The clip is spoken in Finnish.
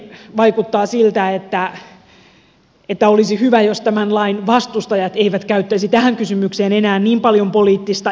itsestäni vaikuttaa siltä että olisi hyvä jos tämän lain vastustajat eivät käyttäisi tähän kysymykseen enää niin paljon poliittista energiaa